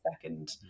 second